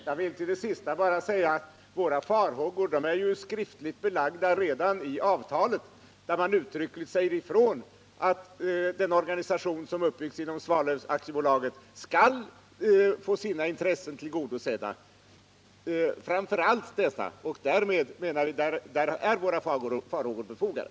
Herr talman! Jag vill bara säga beträffande våra farhågor att de är skriftligt belagda redan i avtalet. Där sägs uttryckligen ifrån att den organisation som byggts upp inom Svalöf AB skall få sina intressen tillgodosedda — framför allt dessa — och därmed, menar vi, är våra farhågor befogade.